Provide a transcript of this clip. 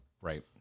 Right